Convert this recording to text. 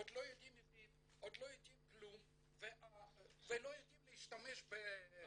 עוד לא יודעים עברית ועוד לא יודעים כלום ולא יודעים להשתמש במחשב,